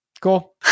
Cool